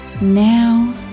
Now